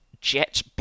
jet